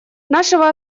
нашего